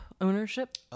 ownership